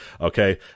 Okay